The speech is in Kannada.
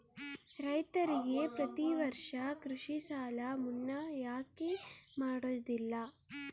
ರೈತರಿಗೆ ಪ್ರತಿ ವರ್ಷ ಕೃಷಿ ಸಾಲ ಮನ್ನಾ ಯಾಕೆ ಮಾಡೋದಿಲ್ಲ?